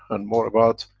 and more about,